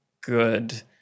good